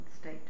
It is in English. State